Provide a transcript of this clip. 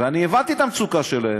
אני הבנתי את המצוקה שלהם.